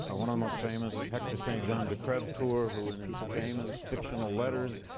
one of the most famous, hector st. john de crevecoeur, who in his famous fictional letters,